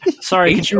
Sorry